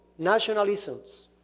nationalisms